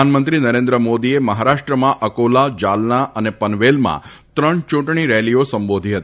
પ્રધાનમંત્રી નરેન્દ્ર મોદીએ મહારાષ્ટ્રમાં અકોલા જાલના અને પનવેલમાં ત્રણ ચુંટણી રેલીઓ સંબોધી હતી